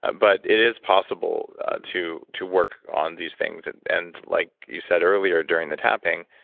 but it is possible to to work on these things, and like you said earlier during the tapping,